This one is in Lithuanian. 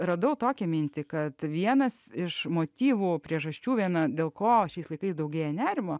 radau tokią mintį kad vienas iš motyvo priežasčių viena dėl ko šiais laikais daugėja nerimo